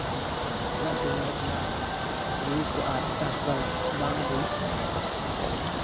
ᱪᱮᱫᱟᱜ ᱥᱮ ᱱᱚᱸᱰᱮ ᱠᱷᱚᱱᱟᱜ ᱨᱩᱜᱤ ᱠᱚ ᱟᱨ ᱮᱴᱟᱜ ᱦᱟᱥᱯᱟᱛᱟᱞ ᱵᱟᱝ ᱤᱫᱤ ᱦᱩᱭᱩᱜ ᱠᱟᱱᱟ